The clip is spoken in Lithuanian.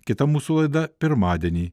kita mūsų laida pirmadienį